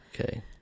Okay